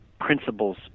principles